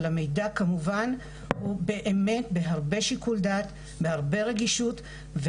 אבל המידע כמובן הוא באמת בהרבה שיקול דעת והרבה רגישות.